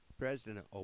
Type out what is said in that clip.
President